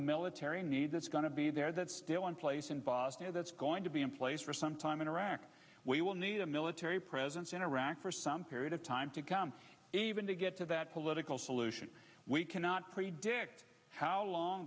military need that's going to be there that's still in place in bosnia that's going to be in place for some time in iraq we will need a military presence in iraq for some period of time to count even to get to that political solution we cannot predict how long